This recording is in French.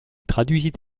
traduisit